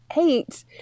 eight